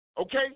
Okay